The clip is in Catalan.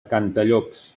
cantallops